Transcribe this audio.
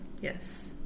Yes